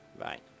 right